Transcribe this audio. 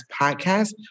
Podcast